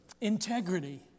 integrity